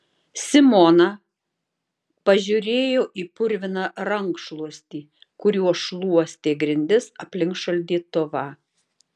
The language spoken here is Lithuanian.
simona pažiūrėjo į purviną rankšluostį kuriuo šluostė grindis aplink šaldytuvą